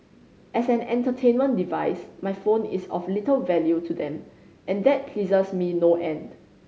as an entertainment device my phone is of little value to them and that pleases me no end